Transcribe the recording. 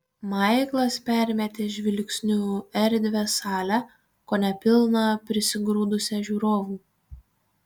maiklas permetė žvilgsniu erdvią salę kone pilną prisigrūdusią žiūrovų